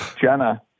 Jenna